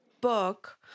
book